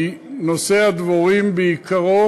כי נושא הדבורים בעיקרו